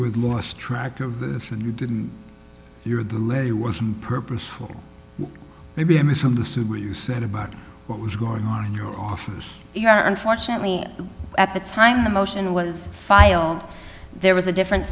had lost track of this and you didn't hear the lead it wasn't purposeful maybe i misunderstood what you said about what was going on in your office unfortunately at the time the motion was filed there was a different